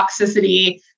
toxicity